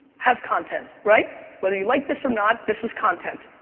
has content, right? whether you like this or not, this was content.